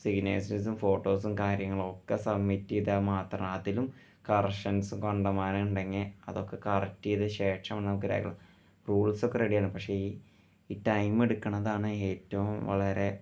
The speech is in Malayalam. സീനിയേഴ്സസും ഫോട്ടോസും കാര്യങ്ങളുമൊക്കെ സബ്മിറ്റ് ചെയ്താൽ മാത്രം അതിലും കറക്ഷൻസും കണ്ടമാനം ഉണ്ടെങ്കിൽ അതൊക്കെ കറക്റ്റ ചെയ്ത് ശേഷമാണ് നമുക്ക് രേഖ റൂൾസൊക്കെ റെഡിയാണ് പക്ഷേ ഈ ഈ ടൈം എടുക്കുന്നതാണ് ഏറ്റവും വളരെ